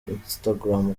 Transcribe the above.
instagram